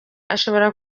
ashobora